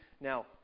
Now